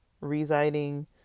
residing